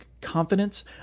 confidence